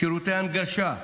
שירותי הנגשה,